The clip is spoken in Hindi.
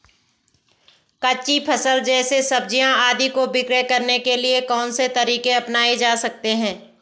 कच्ची फसल जैसे सब्जियाँ आदि को विक्रय करने के लिये कौन से तरीके अपनायें जा सकते हैं?